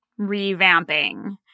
revamping